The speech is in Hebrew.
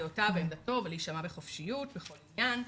דעותיו ועמדתו ולהישמע בחופשיות בכל עניין.